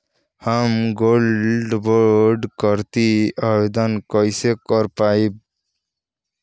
हम gold bond करतिं आवेदन कइसे कर पाइब?